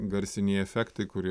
garsiniai efektai kurie